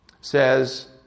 says